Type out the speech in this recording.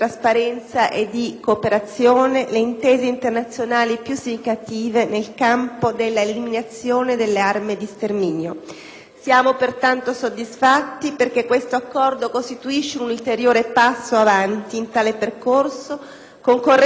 Siamo, pertanto, soddisfatti perché questo Accordo costituisce un ulteriore passo avanti in tale percorso, concorrendo a creare le condizioni affinché siano realizzabili in un contesto chiaro le «ispezioni su sfida» che dovessero essere condotte